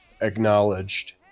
acknowledged